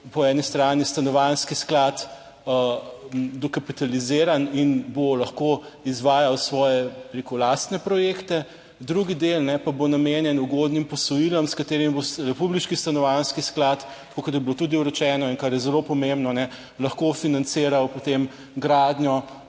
po eni strani Stanovanjski sklad dokapitaliziran in bo lahko izvajal svoje, bi rekel, lastne projekte, drugi del pa bo namenjen ugodnim posojilom, s katerimi bo republiški stanovanjski sklad, tako kot je bilo tudi rečeno in, kar je zelo pomembno, **83. TRAK: (BN) -